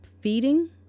feeding